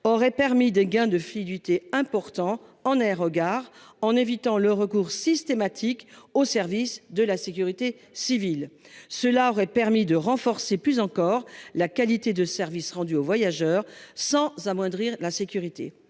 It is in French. aurait permis des gains de fluidité important en aérogare en évitant le recours systématique au service de la sécurité civile. Cela aurait permis de renforcer plus encore la qualité de service rendu au voyageur sans amoindrir la sécurité.